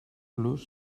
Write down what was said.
los